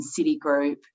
Citigroup